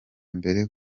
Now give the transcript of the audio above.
mbere